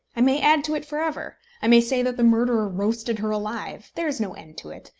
i may add to it for ever. i may say that the murderer roasted her alive. there is no end to it.